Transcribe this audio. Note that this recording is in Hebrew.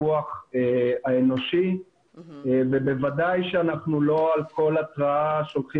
הפיקוח האנושי ובוודאי שאנחנו לא על כל הפרה שולחים